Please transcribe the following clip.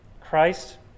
Christ